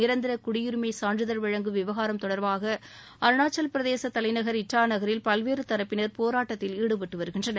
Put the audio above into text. நிரந்தர குடியுரிமை சான்றிதழ் வழங்கும் விவகாரம் தொடர்பாக அருணாச்சலப் பிரதேசத் தலைநகர் ஈட்டா நகரில் பல்வேறு தரப்பினர் போராட்டத்தில் ஈடுபட்டு வருகின்றனர்